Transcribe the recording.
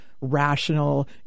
rational